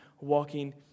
walking